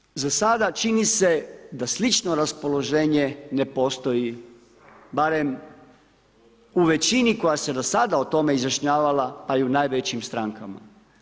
Nažalost, za sada čini se da slično raspoloženje ne postoji barem u većini koja se do sada o tome izjašnjavala pa i u najvećim strankama.